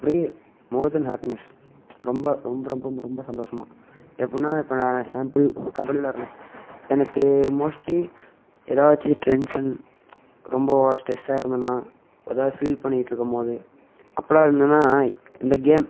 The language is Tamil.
அப்படி மோர் தென் ஹாப்பினஸ் ரொம்ப ரொம்ப ரொம்ப சந்தோஷமாக எப்பின்னா இப்போ நான் எக்ஸாம்பிள் கபடி விளாட்றேன் எனக்கு மோஸ்ட்லி ஏதாச்சும் டென்சன் ரொம்ப ஸ்ட்ரெஸ்ஸாக இருந்தேன்னா எதாவது ஃபீல் பண்ணிகிட்டு இருக்கும் போது அப்பிலாம் இருந்ததுனா இந்த கேம்